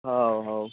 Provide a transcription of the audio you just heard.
हा हा